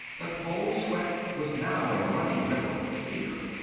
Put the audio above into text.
the cold sweat was now a running river of fear.